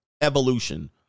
Evolution